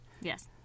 yes